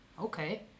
Okay